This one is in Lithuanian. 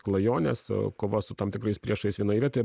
klajonės kova su tam tikrais priešais vienoj vietoj